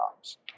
jobs